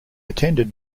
attended